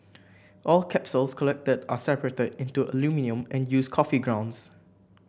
all capsules collected are separated into aluminium and used coffee grounds